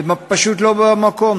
פשוט לא במקום.